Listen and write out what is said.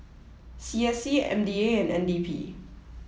C S C M D A and N D P